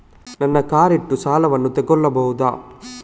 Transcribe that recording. ನನ್ನ ಕಾರ್ ಇಟ್ಟು ಸಾಲವನ್ನು ತಗೋಳ್ಬಹುದಾ?